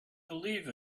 believe